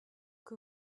que